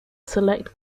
select